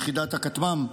יחידת הכטמ"ם,